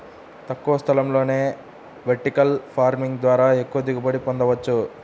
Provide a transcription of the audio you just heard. తక్కువ స్థలంలోనే vertical farming ద్వారా ఎక్కువ దిగుబడిని పొందవచ్చు